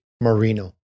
Marino